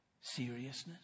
Seriousness